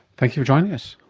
thank you for joining us.